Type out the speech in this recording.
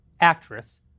actress